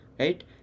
Right